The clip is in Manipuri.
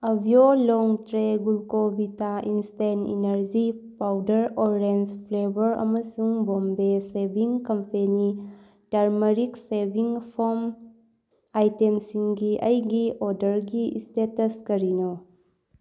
ꯑꯚꯤꯑꯣ ꯂꯣꯡ ꯇ꯭ꯔꯦ Glucovita instant energy powder orange flavour ꯑꯃꯁꯨꯡ Bombay Shaving Company turmeric shaving foam ꯑꯥꯏꯇꯦꯝꯁꯤꯡꯒꯤ ꯑꯩꯒꯤ ꯑꯣꯔꯗꯔꯒꯤ ꯁ꯭ꯇꯦꯇꯁ ꯀꯔꯤꯅꯣ